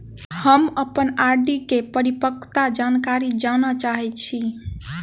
हम अप्पन आर.डी केँ परिपक्वता जानकारी जानऽ चाहै छी